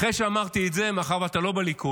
אחרי שאמרתי את זה, מאחר שאתה לא בליכוד,